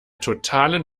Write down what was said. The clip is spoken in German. totalen